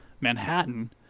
Manhattan